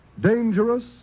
dangerous